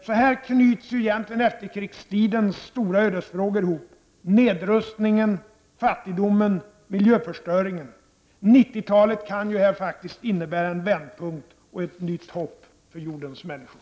Så här knyts egentligen efterkrigstidens stora ödesfrågor ihop — nedrustningen, fattigdomen, miljöförstöringen. 90-talet kan faktiskt innebära en vändpunkt och ett nytt hopp för jordens människor.